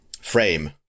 frame